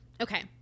Okay